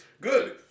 good